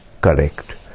correct